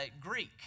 Greek